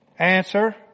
Answer